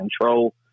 control